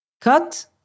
cut